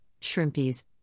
Shrimpies